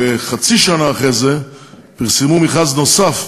וחצי שנה אחרי זה פרסמו מכרז נוסף,